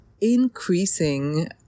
increasing